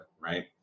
right